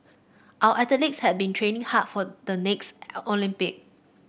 our athletes have been training hard for the next Olympic